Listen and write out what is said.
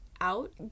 out